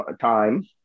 time